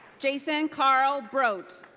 jason karl broadt.